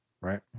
right